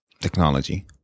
technology